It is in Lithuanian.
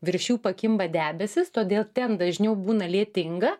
virš jų pakimba debesys todėl ten dažniau būna lietinga